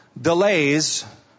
Delays